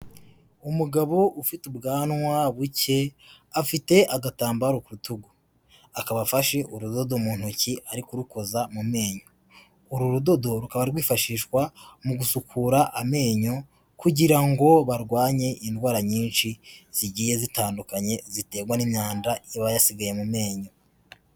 umugabo ufite ubwanwa buke afite agatambaro ku rutugu akaba afashe urudodo mu ntoki ari mu menyo, uru rudodo rukaba rwifashishwa mu gufukura kugira ngo barwanye indwara nyinshi zigiye zitandukanye ziterwa n'imyandaba yasigaye mu menyo.